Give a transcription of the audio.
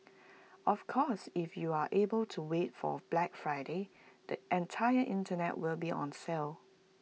of course if you are able to wait for Black Friday the entire Internet will be on sale